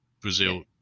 Brazil